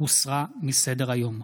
הוסרה מסדר-היום.